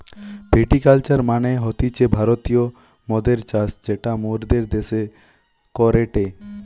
ভিটি culture মানে হতিছে ভারতীয় মদের চাষ যেটা মোরদের দ্যাশে করেটে